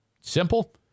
simple